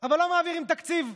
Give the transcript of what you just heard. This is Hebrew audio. אבל לא מעבירים תקציב,